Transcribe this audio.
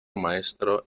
maestro